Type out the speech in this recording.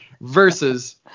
versus